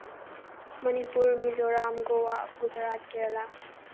Manipur Mizoram Goa Gujarat Kerala